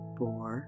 four